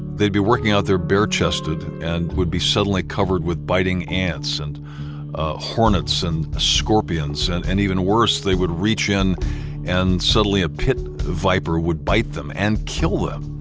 they'd be working out their bare-chested and would be suddenly covered with biting ants and ah hornets and ah scorpions. and and even worse, they would reach in and suddenly a pit viper would bite them and kill them,